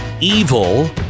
evil